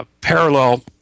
Parallel